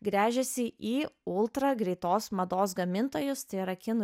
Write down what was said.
gręžiasi į ultragreitos mados gamintojus tai yra kinų